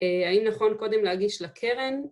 ‫האם נכון קודם להגיש לקרן?